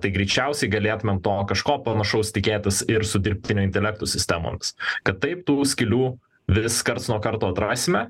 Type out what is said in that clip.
tai greičiausiai galėtumėm to kažko panašaus tikėtis ir su dirbtinio intelekto sistemomis kad taip tų skylių vis karts nuo karto atrasime